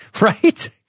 Right